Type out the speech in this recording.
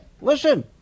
Listen